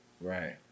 right